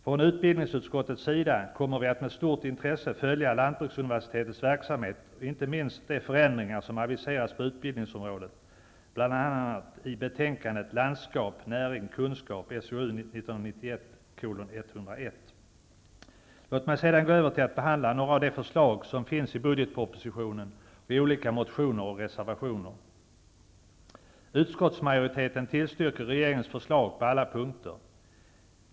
Från utbildningsutskottets sida kommer vi att med stort intresse följa lantbruksuniversitetets verksamhet och inte minst de förändringar som aviseras på utbildningsområdet, bl.a. i betänkandet Landskap Låt mig sedan gå över till att ta upp några av de förslag som finns i budgetspropositionen och i olika motioner och reservationer. Utskottsmajoriteten tillstyrker regeringens förslag på alla punkter.